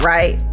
Right